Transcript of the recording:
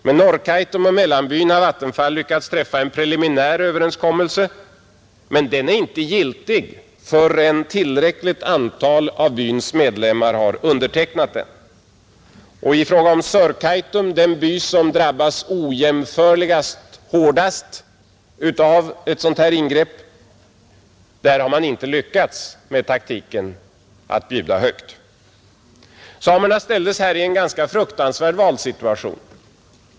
Med Norrkaitum och Mellanbyn har Vattenfall lyckats träffa en preliminär överenskommelse, men den är inte giltig förrän ett tillräckligt antal av byns medlemmar har undertecknat den. I fråga om Sörkaitum, den by som drabbas ojämförligt hårdast av ett sådant här ingrepp, har man inte lyckats med taktiken att bjuda högt. Samerna ställdes här i en ganska fruktansvärd valsituation.